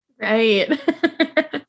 Right